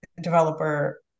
developer